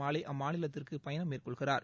மாலை அம்மாநிலத்திற்கு பயணம் மேற்கொள்கிறார்